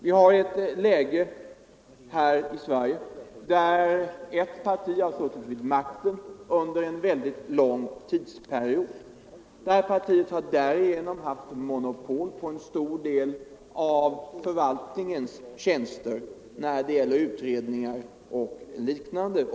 Vi har ett läge här i Sverige där ett parti har suttit vid makten under en mycket lång period. Det partiet har därigenom haft monopol på en stor del av förvaltningens tjänster när det gäller utredningskapacitet och liknande.